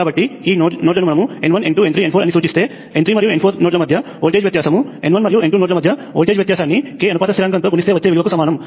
కాబట్టి ఈ నోడ్లను మనము n1n2 n3 n4 అని సూచిస్తే n3 మరియు n4 నోడ్ ల మధ్య వోల్టేజ్ వ్యత్యాసం n1 మరియు n2 నోడ్ ల మధ్య వోల్టేజ్ వ్యత్యాసాన్ని k అనుపాత స్థిరాంకంతో గుణిస్తే వచ్చే విలువకు సమానము